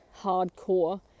hardcore